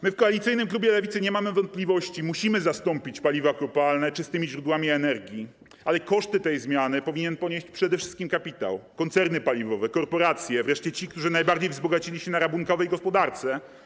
My w koalicyjnym klubie Lewicy nie mamy wątpliwości, że musimy zastąpić paliwa kopalne czystymi źródłami energii, ale koszty tej zmiany powinien ponieść przede wszystkim kapitał, koncerny paliwowe, korporacje, wreszcie ci, którzy najbardziej wzbogacili się na rabunkowej gospodarce.